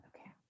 okay